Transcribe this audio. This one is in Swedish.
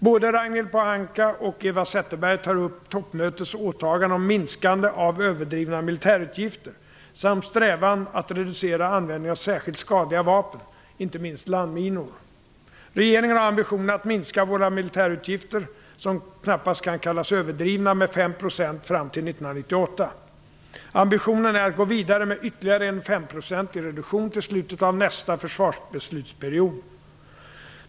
Både Ragnhild Pohanka och Eva Zetterberg tar upp toppmötets åtagande om minskande av överdrivna militärutgifter samt strävan att reducera användningen av särskilt skadliga vapen, inte minst landminor. Regeringen har ambitionen att minska våra militärutgifter - som knappast kan kallas överdrivna - med 5 % fram till 1998. Ambitionen är att gå vidare med ytterligare en femprocentig reduktion till slutet av nästa försvarsbeslutsperiod.